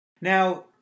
Now